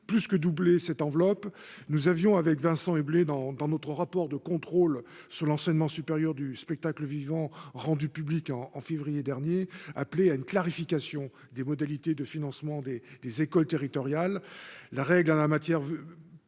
plus que doublé cette enveloppe nous avions avec Vincent Eblé dans dans notre rapport de contrôle sur l'enseignement supérieur du spectacle vivant, rendu public en février dernier, appelé à une clarification des modalités de financement des des écoles territoriale la règle en la matière